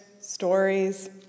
stories